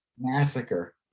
Massacre